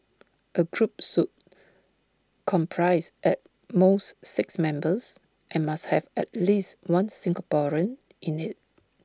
A group sue comprise at most six members and must have at least one Singaporean in IT